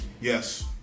yes